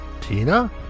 Tina